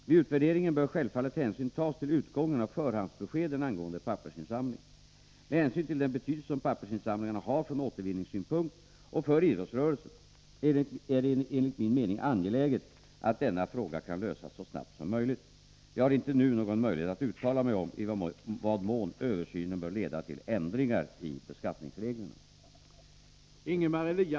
Vid utvärderingen bör självfallet hänsyn tas till utgången av förhandsbeskeden angående pappersinsamling. Med hänsyn till den betydelse som pappersinsamlingarna har från återvinningssynpunkt och för idrottsrörelsen är det enligt min mening angeläget att denna fråga kan lösas så snabbt som möjligt. Jag har inte nu någon möjlighet att uttala mig om i vad mån översynen bör leda till ändringar i beskattningsreglerna.